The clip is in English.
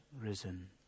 risen